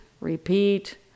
repeat